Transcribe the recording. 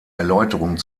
erläuterung